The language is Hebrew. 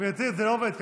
גברתי, זה לא עובד ככה.